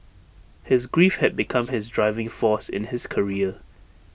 his grief had become his driving force in his career